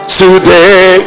today